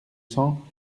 cents